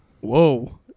Whoa